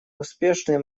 успешные